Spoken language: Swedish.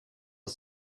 att